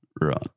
Right